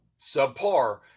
subpar